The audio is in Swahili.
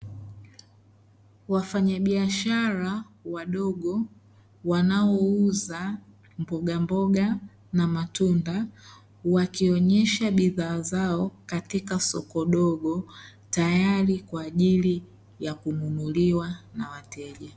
Wafanyabiashara wadogo wanaouza mbogamboga na matunda wakionyesha bidhaa zao katika soko dogo tayari kwa ajili ya kununuliwa na wateja.